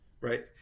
Right